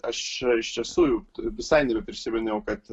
aš iš tiesų jau visai nebeprisiminiau kad